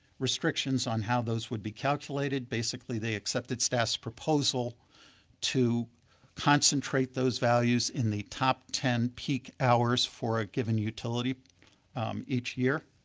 restrictions on how those would be calculated. basically they accepted staff's proposal to concentrate those values in the top ten peak hours for a given utility each year.